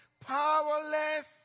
powerless